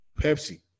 Pepsi